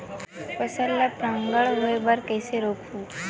फसल ल परागण होय बर कइसे रोकहु?